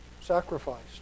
sacrificed